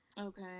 Okay